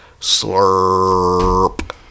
slurp